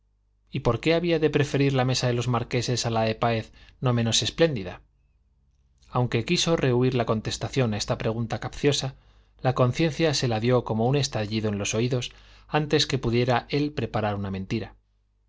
y por qué había de preferir la mesa de los marqueses a la de páez no menos espléndida aunque quiso rehuir la contestación a esta pregunta capciosa la conciencia se la dio como un estallido en los oídos antes que pudiera él preparar una mentira